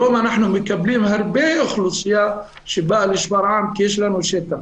היום אנחנו מקבלים הרבה אוכלוסייה שבאה לשפרעם כי יש לנו שטח.